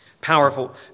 Powerful